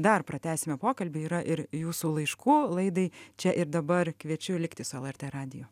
dar pratęsime pokalbį yra ir jūsų laiškų laidai čia ir dabar kviečiu likti su lrt radiju